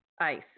ice